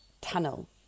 tunnel